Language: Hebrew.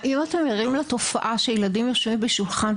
האם אתם ערים לתופעה של ילדים שיושבים בשולחן,